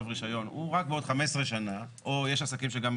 רישיון הוא רק בעוד 15 שנה או יש עסקים שגם,